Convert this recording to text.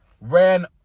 Ran